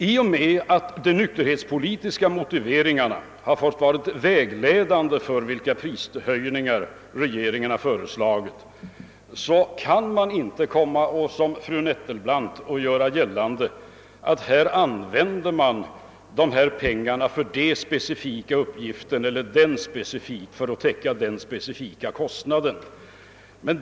I och med att de nykterhetspolitiska motiveringarna har fått vara vägledande för vilka prishöjningar regeringen har föreslagit kan man inte som fru Nettelbrandt göra gällande att dessa pengar användes för en specifik uppgift eller för att täcka en specifik kostnad.